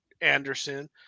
anderson